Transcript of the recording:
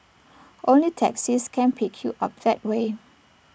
only taxis can pick you up that way